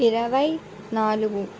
ఇరవై నాలుగు